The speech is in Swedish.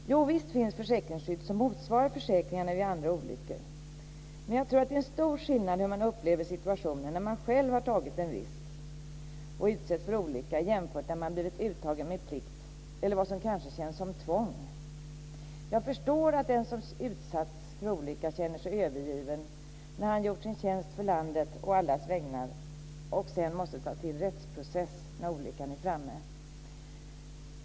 Visst finns försäkringsskydd som motsvarar försäkringar som gäller andra olyckor. Men jag tror att det är stor skillnad mellan hur man upplever situationen när man själv har tagit en risk och utsätts för olycka och när man blivit uttagen med plikt eller vad som kanske känns som tvång. Jag förstår att den som utsatts för olycka känner sig övergiven när han gjort sin tjänst för landet å allas vägnar och sedan måste ta till rättsprocess när olyckan är framme.